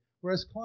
whereas